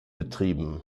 betrieben